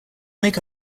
make